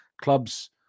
clubs